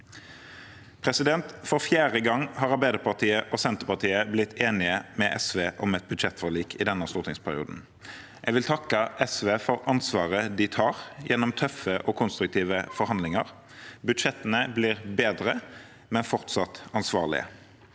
viktigste. For fjerde gang har Arbeiderpartiet og Senterpartiet blitt enige med SV om et budsjettforlik i denne stortingsperioden. Jeg vil takke SV for ansvaret de tar gjennom tøffe og konstruktive forhandlinger. Budsjettene blir bedre, men fortsatt ansvarlige.